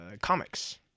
comics